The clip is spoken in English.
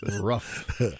Rough